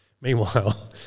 Meanwhile